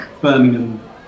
Birmingham